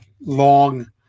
long